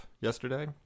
yesterday